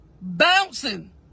bouncing